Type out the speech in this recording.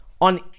on